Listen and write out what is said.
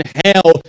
hell